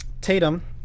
Tatum